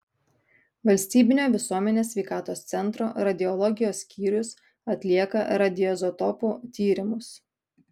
valstybinio visuomenės sveikatos centro radiologijos skyrius atlieka radioizotopų tyrimus